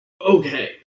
Okay